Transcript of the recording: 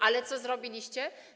A co zrobiliście?